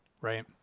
Right